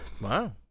Wow